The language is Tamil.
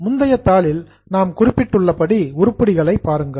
முந்தைய தாளில் நாம் குறிப்பிட்டுள்ளபடி உருப்படிகளை பாருங்கள்